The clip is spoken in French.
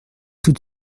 tout